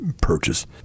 purchase